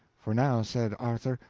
for now, said arthur,